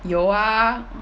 有啊